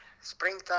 springtime